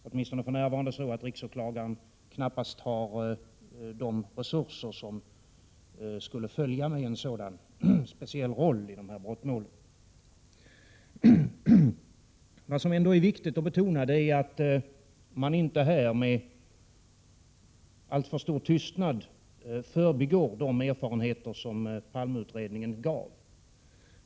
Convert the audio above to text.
Åtminstone för närvarande har riksåklagaren knappast de resurser som skulle behövas, om riksåklagaren gavs en sådan här speciell roll i dessa brottmål. Det som ändå är viktigt att betona är att man inte i alltför stor utsträckning med tystnad skall förbigå de erfarenheter som Palmeutredningen gav.